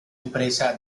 empresa